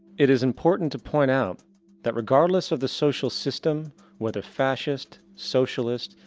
it is important to point out that regardless of the social system whether fascist, socialist,